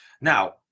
Now